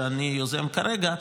שאני יוזם כרגע,